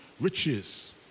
riches